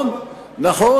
היתה לנו, והיא נעשתה.